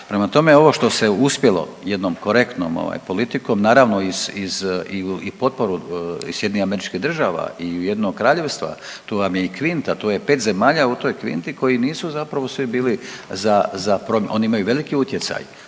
Prema tome, ovo što se uspjelo jednom korektnom politikom naravno i potporu SAD i UK-a, tu vam je i kvinta tu je pet zemalja u toj kvinti koji nisu zapravo svi bili za oni imaju veliki utjecaj.